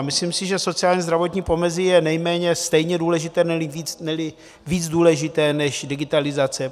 Myslím si, že sociálnězdravotní pomezí je nejméně stejně důležité, neli víc důležité než digitalizace.